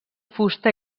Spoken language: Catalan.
fusta